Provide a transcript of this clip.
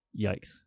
Yikes